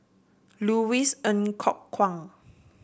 Louis Ng Kok Kwang